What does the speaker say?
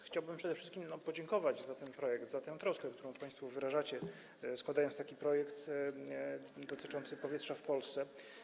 Chciałbym przede wszystkim podziękować za ten projekt, za tę troskę, którą państwo wyrażacie, składając taki projekt dotyczący powietrza w Polsce.